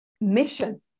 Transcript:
mission